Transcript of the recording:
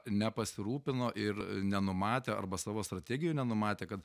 nepasirūpino ir nenumatė arba savo strategijoj nenumatė kad